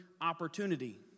opportunity